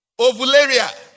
Ovularia